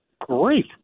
great